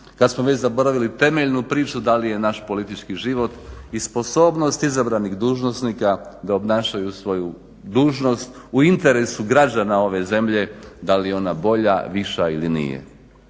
kad smo već zaboravili temeljnu priču da li je naš politički život i sposobnost izabranih dužnosnika da obnašaju svoju dužnost u interesu građana ove zemlje da li je ona bolja, viša ili nije.